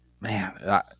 Man